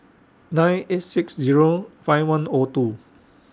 nine eight six Zero five one O two